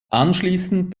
anschließend